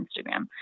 Instagram